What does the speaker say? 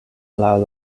laŭ